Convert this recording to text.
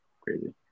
crazy